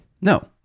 No